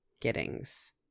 Giddings